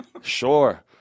Sure